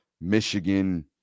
Michigan